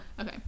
Okay